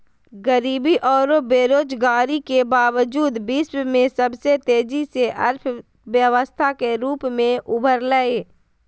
गरीबी औरो बेरोजगारी के बावजूद विश्व में सबसे तेजी से अर्थव्यवस्था के रूप में उभरलय